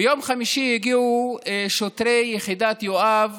ביום חמישי הגיעו שוטרי יחידת יואב